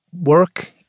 Work